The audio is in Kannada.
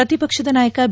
ಪ್ರತಿಪಕ್ಷದ ನಾಯಕ ಬಿ